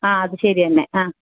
ആ അത് ശരിയന്നേ ആ